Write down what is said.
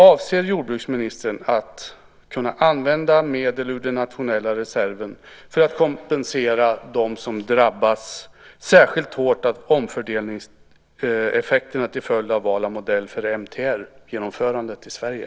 Avser jordbruksministern att använda medel ur den nationella reserven för att kompensera dem som drabbas särskilt hårt av omfördelningseffekterna till följd av val av modell för MTR-genomförandet i Sverige?